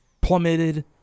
plummeted